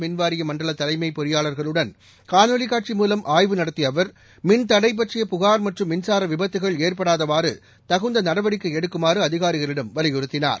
மின்வாரியமண்டலதலைமைப் பொறியாளர்களுடன் காணொளிக் காட்சி மூலம் ஆய்வு நடத்தியஅவர் மின்தடைபற்றிய புகார் மற்றும் மின்சாரவிபத்துகள் ஏற்படாதவாறுதகுந்தநடவடிக்கைஎடுக்குமாறுஅதிகாரிகளிடம் வலியுறுத்தினார்